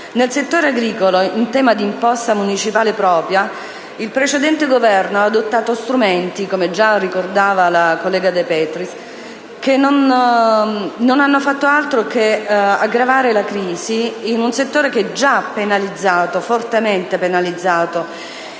Nel settore agricolo, in tema di imposta municipale propria, il precedente Governo ha adottato strumenti - come ricordato dalla collega De Petris - che non hanno fatto altro che aggravare la crisi in un comparto già fortemente penalizzato